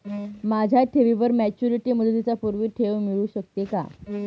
माझ्या ठेवीवर मॅच्युरिटी मुदतीच्या पूर्वी ठेव मिळू शकते का?